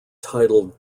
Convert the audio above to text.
titled